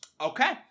Okay